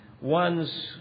ones